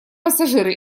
пассажиры